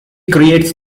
creates